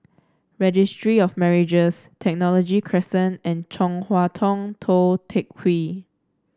Registry of Marriages Technology Crescent and Chong Hua Tong Tou Teck Hwee